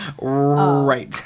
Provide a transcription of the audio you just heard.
Right